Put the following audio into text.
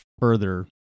further